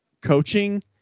coaching